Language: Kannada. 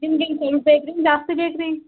ನಿಮಗೆ ಏನು ಸ್ವಲ್ಪ ಬೇಕು ರೀ ಜಾಸ್ತಿ ಬೇಕು ರೀ